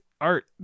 art